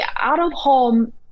out-of-home